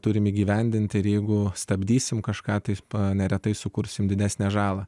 turime įgyvendinti ir jeigu stabdysime kažką tais pa neretai sukursime didesnę žalą